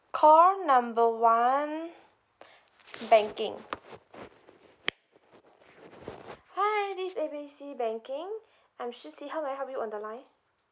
call number one banking hi this is A B C banking I'm susie how may I help you on the line